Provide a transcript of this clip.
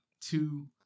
Two